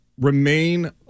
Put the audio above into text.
remain